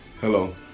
Hello